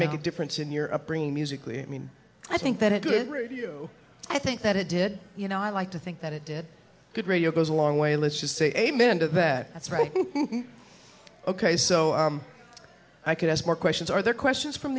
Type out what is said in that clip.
make a difference in your upbringing musically i mean i think that it did revue i think that it did you know i like to think that it did good radio goes a long way let's just say amen to that that's right ok so i could ask more questions are there questions from